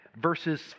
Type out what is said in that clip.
verses